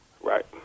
right